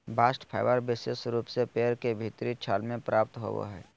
bast fibre विशेष रूप से पेड़ के भीतरी छाल से प्राप्त होवो हय